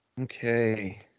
Okay